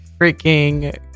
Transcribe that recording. freaking